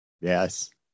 Yes